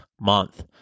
month